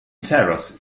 terrace